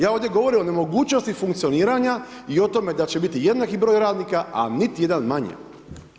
Ja ovdje govorim o nemogućnosti funkcioniranja i o tome da će biti jednaki broj radnika, a niti jedan manje.